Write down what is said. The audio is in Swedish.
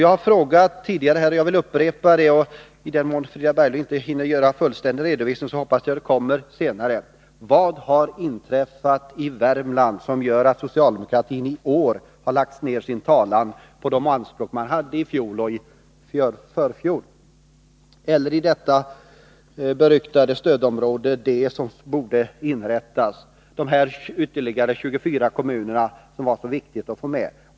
Jag har frågat tidigare, och jag vill upprepa de frågorna — i den mån Frida Berglund inte hinner göra en fullständig redovisning hoppas jag att den kommer senare: Vad har inträffat i Värmland som gör att socialdemokratin i år har lagt ner sin talan beträffande de anspråk man hade i fjol och i förfjol på att inrätta detta beryktade stödområde D och på de ytterligare 24 kommuner som var så viktiga att få med?